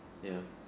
ya